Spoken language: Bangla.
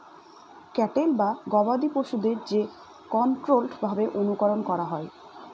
ক্যাটেল বা গবাদি পশুদের যে কন্ট্রোল্ড ভাবে অনুকরন করা হয়